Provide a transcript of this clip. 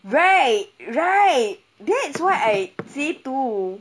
right right that's why say too